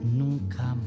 nunca